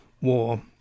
war